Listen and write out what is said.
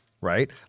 Right